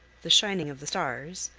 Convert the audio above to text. the shining of the stars,